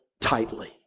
tightly